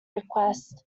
request